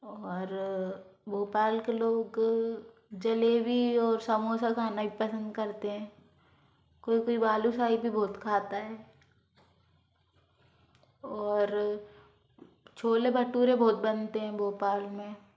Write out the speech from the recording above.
और भोपाल के लोग जलेबी और समोसा खाना भी पसंद करते हैं कोई कोई बालूसाही भी बहुत खाता है और छोले भटूरे बहुत बनते हैं भोपाल में